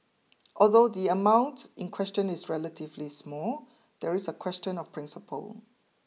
although the amount in question is relatively small there is a question of principle